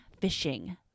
fishing